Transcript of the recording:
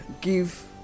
give